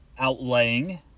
outlaying